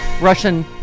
Russian